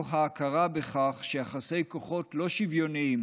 מתוך ההכרה בכך שיחסי כוחות לא שוויוניים